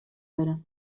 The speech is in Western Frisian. wurde